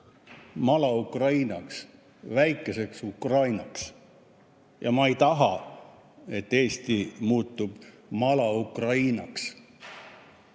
Mala-Ukrainaks, väikeseks Ukrainaks. Ja ma ei taha, et Eesti muutub Mala‑Ukrainaks.